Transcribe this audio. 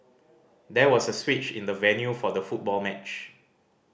there was a switch in the venue for the football match